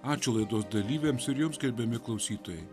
ačiū laidos dalyviams ir jums gerbiami klausytojai